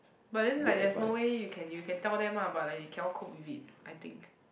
but then like there's no way you can you can tell them ah but like they cannot cope with it I think